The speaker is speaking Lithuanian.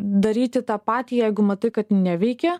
daryti tą patį jeigu matai kad neveikia